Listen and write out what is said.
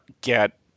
get